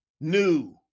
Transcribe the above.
New